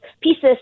pieces